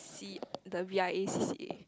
the the V_I_A C_C_A